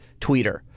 tweeter